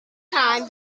time